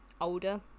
older